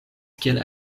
kiel